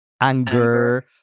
anger